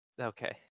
Okay